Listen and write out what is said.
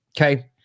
Okay